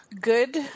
good